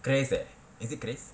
grace eh is it grace